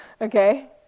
Okay